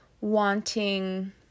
wanting